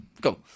Go